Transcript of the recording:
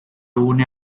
une